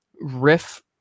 riff